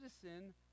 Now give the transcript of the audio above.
citizen